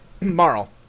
Marl